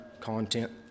content